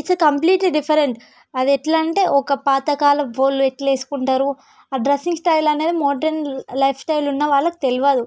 it's completely different అది ఎట్లా అంటే ఒక పాత కాలపు పోరులు ఎట్లా వేసుకుంటారు ఆ డ్రెస్సింగ్ స్టైల్ అనేది మోడర్న్ లైఫ్ స్టైల్ ఉన్నవాళ్ళకి తెలియదు